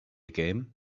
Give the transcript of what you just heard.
game